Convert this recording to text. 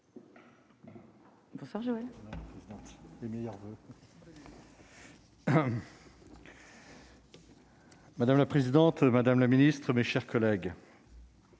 Madame la présidente, madame la ministre, mes chers collègues.